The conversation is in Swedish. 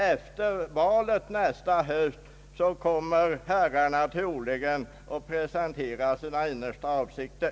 Efter valet nästa höst kommer herrarna troligen att presentera sina innersta avsikter.